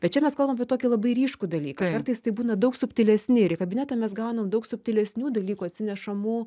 bet čia mes kalbam apie tokį labai ryškų dalyką kartais tai būna daug subtilesni ir į kabinetą mes gaunam daug subtilesnių dalykų atsinešamų